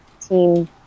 team